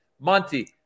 Monty